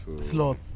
Sloth